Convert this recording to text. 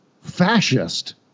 fascist